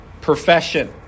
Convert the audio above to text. profession